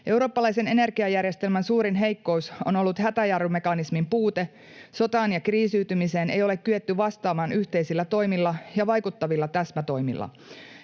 Eurooppalaisen energiajärjestelmän suurin heikkous on ollut hätäjarrumekanismin puute. Sotaan ja kriisiytymiseen ei ole kyetty vastaamaan yhteisillä toimilla ja vaikuttavilla täsmätoimilla.